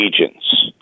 agents